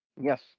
Yes